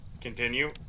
Continue